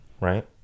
right